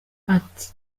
ati